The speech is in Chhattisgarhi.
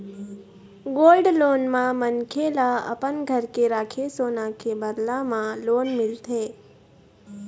गोल्ड लोन म मनखे ल अपन घर के राखे सोना के बदला म लोन मिलथे